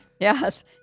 Yes